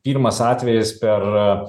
pirmas atvejis per